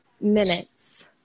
minutes